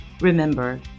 Remember